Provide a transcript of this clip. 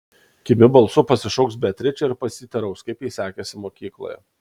kimiu balsu pasišauks beatričę ir pasiteiraus kaip jai sekėsi mokykloje